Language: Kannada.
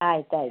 ಆಯ್ತು ಆಯಿತು